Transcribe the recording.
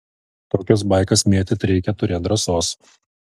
tokias baikas mėtyt reikia turėt drąsos